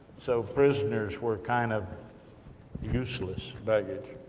so prisoners, were kind of useless. baggage.